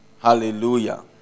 Hallelujah